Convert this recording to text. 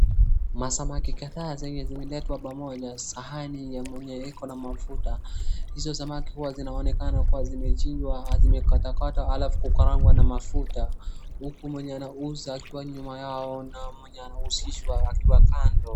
Samaki kadhaa zenye zimeletwa pamoja, sahani yenye iko na mafuta. Hizo samaki huwa zinaonekana kuwa zimechinjwa zimekatakatwa alafu kukarangwa na mafuta huku mwenye anauza akiwa nyuma yao na mwenye anauzishwa akiwa kando.